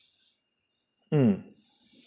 mm